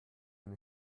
eine